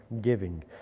giving